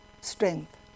strength